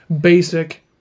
basic